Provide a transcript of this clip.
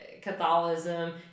Catholicism